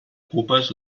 pupes